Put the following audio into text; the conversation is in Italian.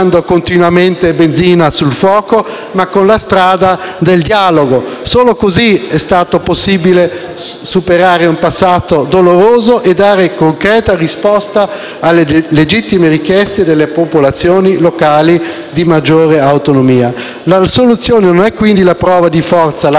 continuamente benzina sul fuoco, ma con la strada del dialogo. Solo così è stato possibile superare un passato doloroso e dare concreta risposta alle legittime richieste delle popolazioni locali di maggiore autonomia. La soluzione non è quindi la prova di forza, la